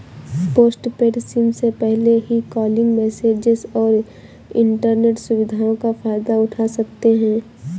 postpaid SIM में पहले ही कॉलिंग, मैसेजस और इन्टरनेट सुविधाओं का फायदा उठा सकते हैं